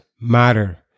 Matter